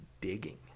digging